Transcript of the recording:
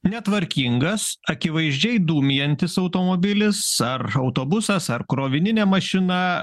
netvarkingas akivaizdžiai dūmijantis automobilis ar autobusas ar krovininė mašina